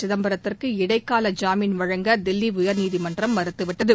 சிதப்பரத்திற்கு இடைக்கால ஜாமின் வழங்க தில்லி உயர்நீதிமன்றம் மறுத்துவிட்டது